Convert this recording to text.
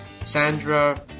Sandra